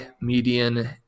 median